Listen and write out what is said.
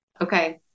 Okay